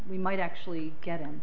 we might actually get him